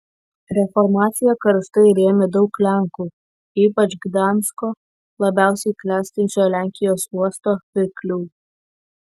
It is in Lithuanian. reformaciją karštai rėmė daug lenkų ypač gdansko labiausiai klestinčio lenkijos uosto pirklių